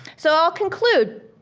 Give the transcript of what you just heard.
so, i'll conclude.